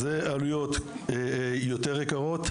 אלה עלויות יותר גבוהות.